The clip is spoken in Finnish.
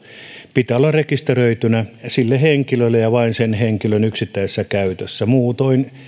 pitää olla rekisteröitynä sille henkilölle ja sen pitää olla vain sen henkilön yksittäisessä käytössä muutoin